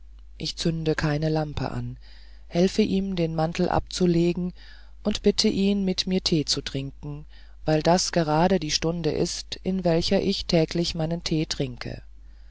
ich zünde keine lampe an helfe ihm den mantel ablegen und bitte ihn mit mir tee zu trinken weil das gerade die stunde ist in welcher ich täglich meinen tee trinke